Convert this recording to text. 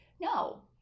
no